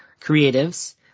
Creatives